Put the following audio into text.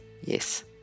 yes